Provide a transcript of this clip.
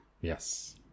yes